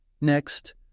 Next